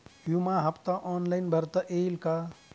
विमा हफ्ता ऑनलाईन भरता येईल का?